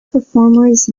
performers